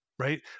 right